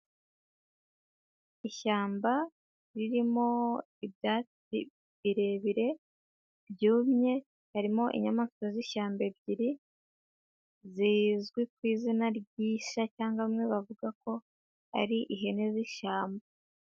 Ishyamba ririmo ibyatsi birebire byumye, harimo inyamaswa z'ishyamba ebyiri zizwi ku izina ry'ishya cyangwa bamwe bavuga ko ari ihene z'ishyamba.